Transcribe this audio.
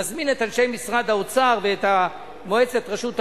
נזמין את אנשי משרד האוצר ואת מועצת רשות המים.